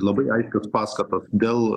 labai aiškios paskatos dėl